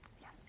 Yes